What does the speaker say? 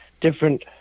different